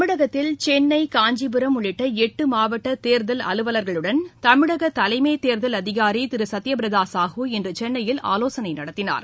தமிழகத்தில் சென்னை காஞ்சிபுரம் உள்ளிட்ட எட்டு மாவட்ட தேர்தல் அலுவலா்களுடன் தமிழக தலைமை தேர்தல் அதிகாரி திரு சத்ய பிரதா சாஹூ இன்று சென்னையில் ஆலோசனை நடத்தினார்